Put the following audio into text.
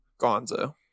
Gonzo